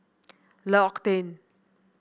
L'Occitane